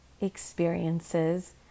experiences